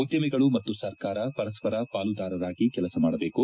ಉದ್ಯಮಿಗಳು ಮತ್ತು ಸರ್ಕಾರ ಪರಸ್ವರ ಪಾಲುದಾರರಾಗಿ ಕೆಲಸ ಮಾಡಬೇಕು